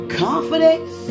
confidence